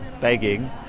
begging